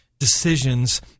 Decisions